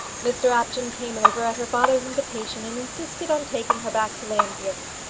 mr apjohn came over at her father's invitation, and insisted on taking her back to llanfeare.